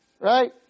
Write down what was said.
right